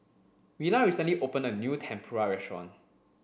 Willa recently opened a new Tempura restaurant